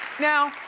now,